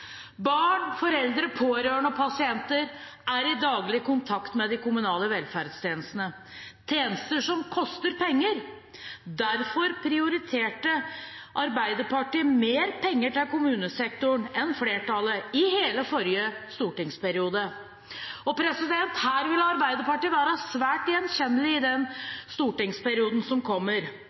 Barn, foreldre, pårørende og pasienter er i daglig kontakt med de kommunale velferdstjenestene, tjenester som koster penger. Derfor prioriterte Arbeiderpartiet mer penger til kommunesektoren enn flertallet i hele forrige stortingsperiode. Her vil Arbeiderpartiet være svært gjenkjennelig i den stortingsperioden som kommer.